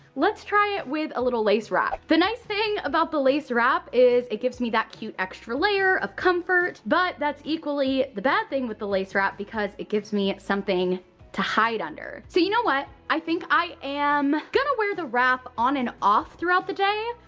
let's try it with a little lace wrap. the nice thing about the lace wrap is it gives me that cute extra layer of comfort, but that's equally the bad thing with the lace wrap because it gives me something to hide under. so, you know what, i think i am gonna wear the wrap on and off throughout the day.